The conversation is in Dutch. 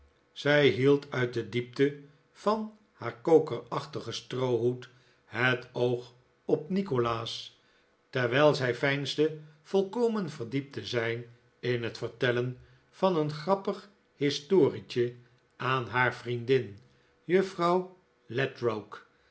zij hield uit de diepte van haar kokerachtigen stroohoed het oog op nikolaas terwijl zij veinsde volkomen verdiept te zijn in het vertellen van een grappig historietje aan haar vriendin juffrouw